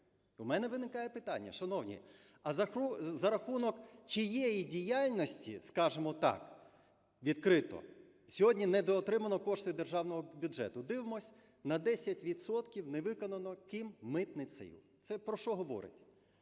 У мене виникає питання: шановні, а за рахунок чиєї діяльності, скажемо так, відкрито, сьогодні недоотримано кошти державного бюджету? Дивимось, на 10 відсотків не виконано ким – митницею. Це про що говорить?